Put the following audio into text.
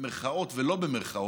במירכאות ולא במירכאות,